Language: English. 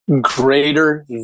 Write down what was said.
Greater